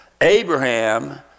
Abraham